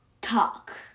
talk